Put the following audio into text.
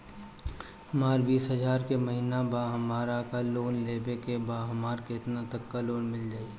हमर बिस हजार के महिना बा हमरा के लोन लेबे के बा हमरा केतना तक लोन मिल जाई?